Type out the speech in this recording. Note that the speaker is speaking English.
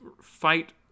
fight